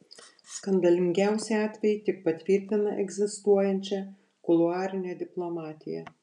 skandalingiausi atvejai tik patvirtina egzistuojančią kuluarinę diplomatiją